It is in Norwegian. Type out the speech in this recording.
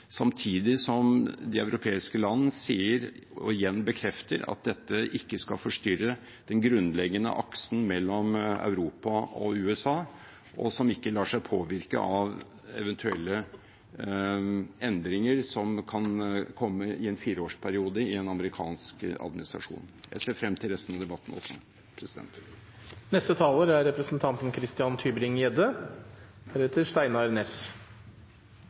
samtidig som de europeiske land sier – og igjen bekrefter – at dette ikke skal forstyrre den grunnleggende aksen mellom Europa og USA, og som ikke lar seg påvirke av eventuelle endringer som kan komme i en fireårsperiode i en amerikansk administrasjon. Jeg ser frem til resten av debatten.